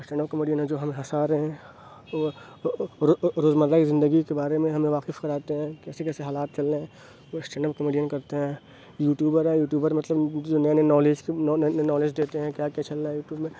stand up comedian جو ہمیں ہنسا رہے ہیں روز روز مرہ کی زندگی کے بارے میں ہمیں واقف کراتے ہیں کیسے کیسے حالات چل رہے ہیں وہ اسٹینڈ اپ کمیڈین کرتے ہیں یوٹیوبر ہے یوٹیوبر مطلب جو نئے نئے نالج کے نالج دیتے ہیں کیا کیا چل رہا ہے یوٹیوب میں